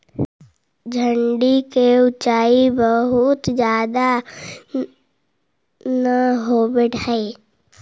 झाड़ि के ऊँचाई बहुत ज्यादा न होवऽ हई